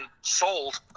sold